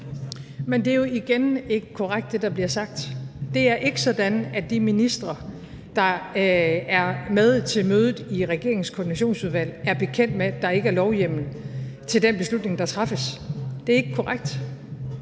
Men det er jo igen ikke korrekt, det, der bliver sagt. Det er ikke sådan, at de ministre, der er med til mødet i regeringens koordinationsudvalg, er bekendt med, at der ikke er lovhjemmel til den beslutning, der træffes. Det er ikke korrekt.